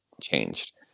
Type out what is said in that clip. changed